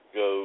go